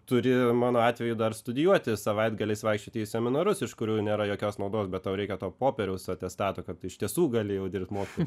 turi mano atveju dar studijuoti savaitgaliais vaikščioti į seminarus iš kurių nėra jokios naudos bet tau reikia to popieriaus atestato kad iš tiesų gali jau dirbt mokytoju